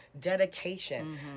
Dedication